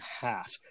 half